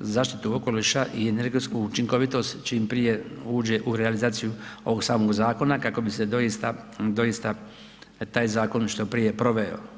zaštitu okoliša i energetsku učinkovitost čim prije uđe u realizaciju ovog samog zakona, kako bi se doista taj zakon što prije proveo.